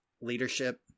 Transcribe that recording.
leadership